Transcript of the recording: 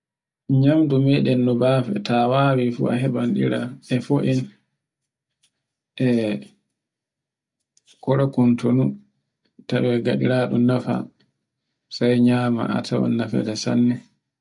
Nyamdu meɗen no bafe, ta wawi fu a tawan ne heban ɗira e fo'en, e korokontono, tawe gaɗaraɗun nafa, sai nyama a tawan nefade sanne.